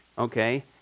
Okay